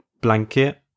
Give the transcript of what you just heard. blanket